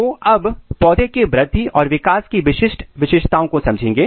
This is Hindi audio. तो अब हम पौधे के वृद्धि और विकास की विशिष्ट विशेषताओं को समझेंगे